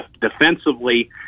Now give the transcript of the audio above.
defensively